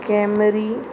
Camry